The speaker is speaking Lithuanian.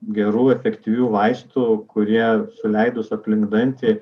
gerų efektyvių vaistų kurie suleidus aplink dantį